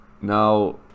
now